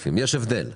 שאלנו שאלות.